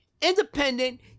independent